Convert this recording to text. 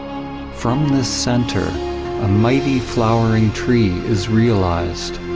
from this center a mighty flowering tree is realized.